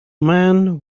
man